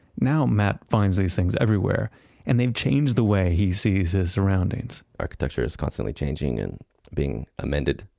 now matt finds these things everywhere and they've changed the way he sees his surroundings. architecture is constantly changing and being amended,